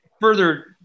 further –